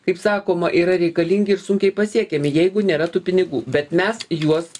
kaip sakoma yra reikalingi ir sunkiai pasiekiami jeigu nėra tų pinigų bet mes juos